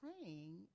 praying